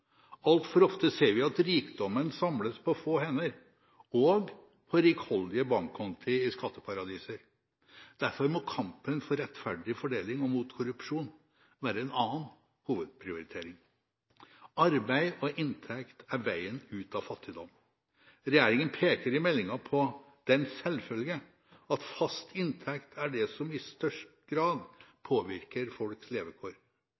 Altfor ofte ser vi at rikdommen samles på få hender og på rikholdige bankkonti i skatteparadiser. Derfor må kampen for rettferdig fordeling og mot korrupsjon være en annen hovedprioritering. Arbeid og inntekt er veien ut av fattigdom. Regjeringen peker i meldingen på den selvfølge at fast inntekt er det som i størst grad påvirker folks levekår.